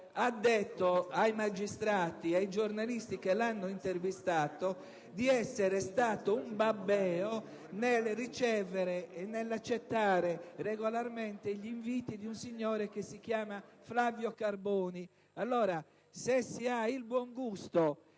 ha detto ai magistrati e ai giornalisti che lo hanno intervistato di essere stato un babbeo nel ricevere ed accettare regolarmente gli inviti di un signore che si chiama Flavio Carboni. Allora, collega Sanciu, se si ha il buon gusto